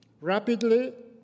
Rapidly